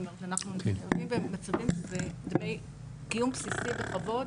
אנחנו נתקלים במצבים שזה דמי קיום בסיסי בכבוד,